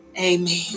Amen